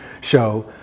show